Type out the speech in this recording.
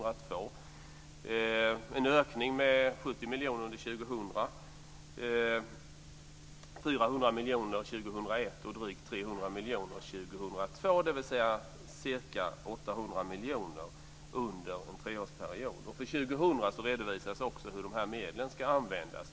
Den innebär en ökning med 70 miljoner under år 2000, 400 miljoner år miljoner under en treårsperiod. För år 2000 redovisas också hur de här medlen ska användas.